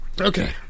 Okay